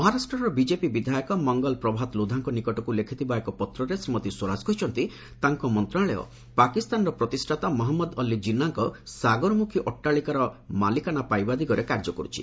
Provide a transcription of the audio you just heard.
ମହାରାଷ୍ଟ୍ରର ବିଜେପି ବିଧାୟକ ମଙ୍ଗଲ ପ୍ରଭାତ ଲୋଧାଙ୍କ ନିକଟକୁ ଲେଖିଥିବା ଏକ ପତ୍ରରେ ଶ୍ରୀମତୀ ସ୍ୱରାଜ କହିଛନ୍ତି ତାଙ୍କ ମନ୍ତ୍ରଣାଳୟ ପାକିସ୍ତାନର ପ୍ରତିଷ୍ଠାତା ମହମ୍ମଦ ଅଲ୍ଲୀ ଜିନ୍ନାଙ୍କ ସାଗରମୁଖୀ ଅଟ୍ଟାଳିକାର ମାଲିକାନା ପାଇବା ଦିଗରେ କାର୍ଯ୍ୟ କରୁଛି